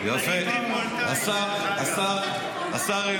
או שאת רוצה